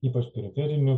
ypač periferinių